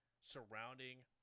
surrounding